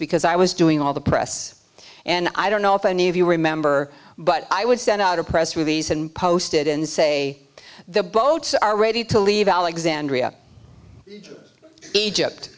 because i was doing all the press and i don't know if any of you remember but i would send out a press release and posted and say the boats are ready to leave alexandria egypt